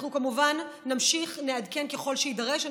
אנחנו כמובן נמשיך לעדכן ככל שיידרש.